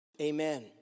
Amen